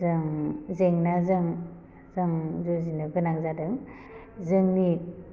जों जेंनाजों जों जुजिनो गोनां जादों जोंनि